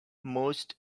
most